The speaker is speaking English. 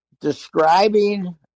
describing